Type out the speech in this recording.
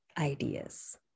ideas